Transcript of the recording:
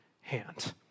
hand